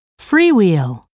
Freewheel